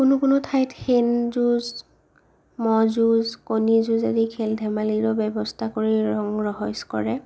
কোনো কোনো ঠাইন হেন যুঁজ ম'হ যুঁজ কণী যুঁজ আদি খেল ধেমালিৰ ব্যৱস্থা কৰি ৰঙ ৰহইচ কৰে